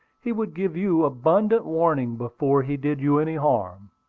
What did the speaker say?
he would give you abundant warning before he did you any harm.